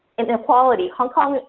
inequality hong kong,